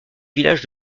village